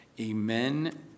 Amen